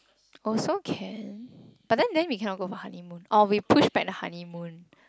also can but then then we cannot go for honeymoon or we push back the honeymoon